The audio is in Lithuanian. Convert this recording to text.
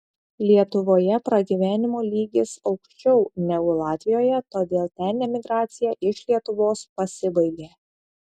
lietuvoje pragyvenimo lygis aukščiau negu latvijoje todėl ten emigracija iš lietuvos pasibaigė